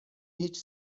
هیچ